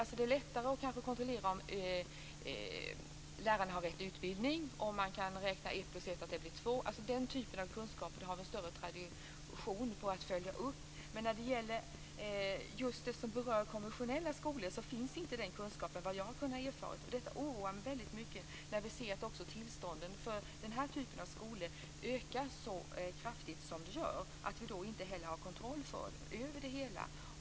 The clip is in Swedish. Det är kanske lättare att kontrollera om lärarna har rätt utbildning och kan räkna osv. Vi har en bättre tradition på att följa upp detta, men när det gäller konfessionella skolor har man såvitt jag har kunnat erfara inte motsvarande kunskap. Detta oroar mig väldigt mycket mot bakgrund av att tillstånden för den här typen av skolor ökar så kraftigt som är fallet. Vi har inte kontroll över detta.